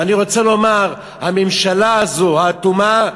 ואני רוצה לומר, הממשלה הזאת, האטומה,